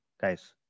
guys